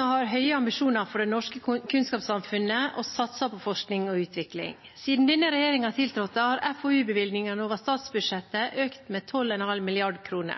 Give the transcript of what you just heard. har høye ambisjoner for det norske kunnskapssamfunnet og satser på forskning og utvikling. Siden denne regjeringen tiltrådte, har FoU-bevilgningene over statsbudsjettet økt med 12,5 mrd. kr.